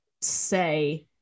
say